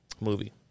movie